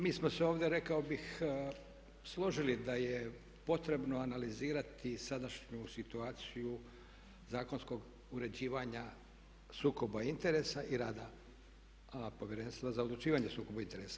Mi smo se ovdje rekao bih složili da je potrebno analizirati sadašnju situaciju zakonskog uređivanja sukoba interesa i rada Povjerenstva za odlučivanje o sukobu interesa.